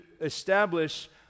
establish